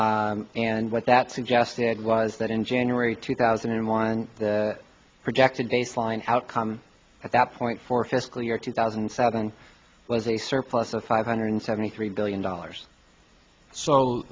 and what that suggested was that in january two thousand and one the projected baseline outcome at that point for fiscal year two thousand and seven was a surplus of five hundred seventy three billion dollars so